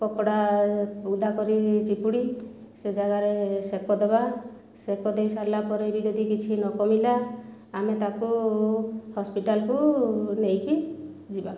କପଡ଼ା ଓଦାକରି ଚିପୁଡ଼ି ସେ ଜାଗାରେ ସେକ ଦେବା ସେକ ଦେଇ ସାରିଲାପରେ ବି ଯଦି କିଛି ନ କମିଲା ଆମେ ତାକୁ ହସ୍ପିଟାଲକୁ ନେଇକି ଯିବା